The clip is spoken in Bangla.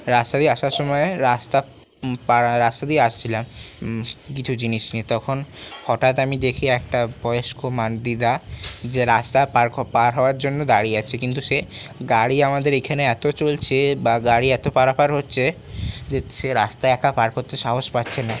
রাস্তা দিয়ে আসার সময় রাস্তা পার রাস্তা দিয়ে আসছিলাম কিছু জিনিস নিয়ে তখন হঠাৎ আমি দেখি একটা বয়স্ক দিদা যে রাস্তা পার পার হওয়ার জন্য দাঁড়িয়ে আছে কিন্তু সে গাড়ি আমাদের এখানে এত চলছে বা গাড়ি এত পারাপার হচ্ছে যে সে রাস্তায় একা পার করতে সাহস পাচ্ছে না